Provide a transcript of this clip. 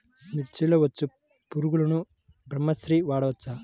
మిర్చిలో పచ్చ పురుగునకు బ్రహ్మాస్త్రం వాడవచ్చా?